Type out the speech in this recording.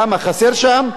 למה, חסר שם?